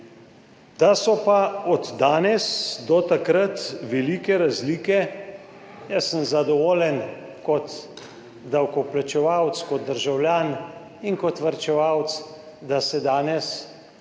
So pa od takrat do danes velike razlike. Jaz sem zadovoljen kot davkoplačevalec, kot državljan in kot varčevalec, da se danes